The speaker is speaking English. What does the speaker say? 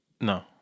No